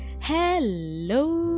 Hello